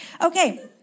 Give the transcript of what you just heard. Okay